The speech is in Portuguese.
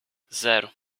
zero